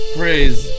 praise